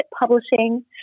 publishing